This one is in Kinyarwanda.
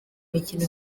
mikino